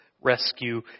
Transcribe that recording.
rescue